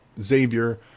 Xavier